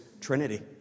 trinity